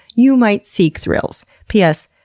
you might seek thrills. p s.